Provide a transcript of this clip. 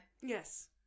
Yes